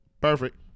Perfect